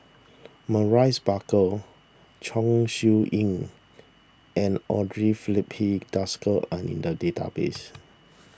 Maurice Baker Chong Siew Ying and andre Filipe Desker are in the database